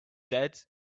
dead